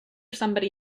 somebody